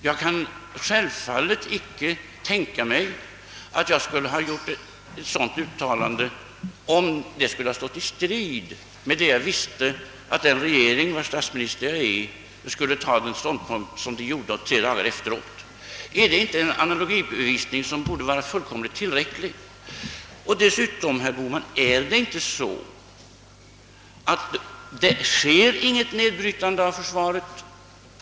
Jag skulle självfallet inte ha gjort ett sådant uttalande, om det hade stått i strid med den ståndpunkt som jag visste att den regering, vars statsminister jag är, skulle komma att inta tre dagar senare. Är det inte en analogibevisning som borde vara fullt tillräcklig? Och dessutom, herr Bohman, är det inte så att det inte sker något nedbrytande av försvaret?